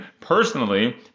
personally